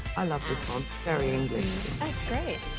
i love this one, very english! it's great!